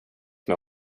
med